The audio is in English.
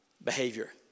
Behavior